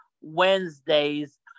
Wednesdays